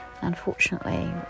Unfortunately